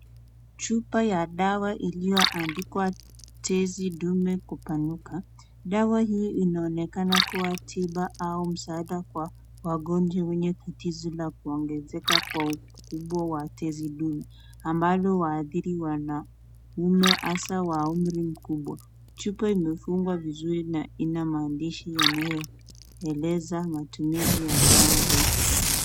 Chupa ya dawa iliyo andikwa tezi dume kupanuka. Dawa hii inaonekana kuwa tiba au msaada kwa wagonjwa wenye tatizo la kuongezeka kwa ukubwa wa tezi dume, ambalo waathiri wanaume haswa wa umri mkubwa. Chupa imefungwa vizuri na ina maandishi yanayoeleza matumizi ya dawa hii.